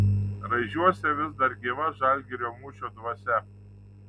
raižiuose vis dar gyva žalgirio mūšio dvasia